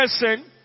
person